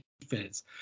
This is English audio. defense